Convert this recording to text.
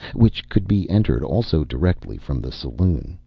which could be entered also directly from the saloon.